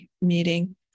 meeting